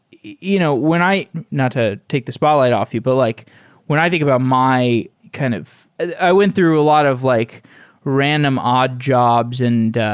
you know when i not to take the spotlight off you, but like when i think about my kind of i went through a lot of like random odd jobs. and